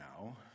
now